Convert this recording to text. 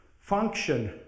function